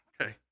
Okay